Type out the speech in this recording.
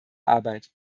arbeit